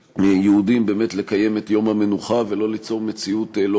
ליהודים באמת לקיים את יום המנוחה ולא ליצור מציאות לא